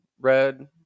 red